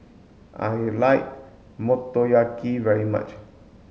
I like Motoyaki very much